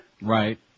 Right